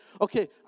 okay